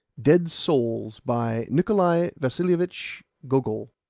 dead souls by nikolai vasilievich gogol